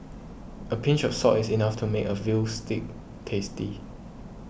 a pinch of salt is enough to make a Veal Stew tasty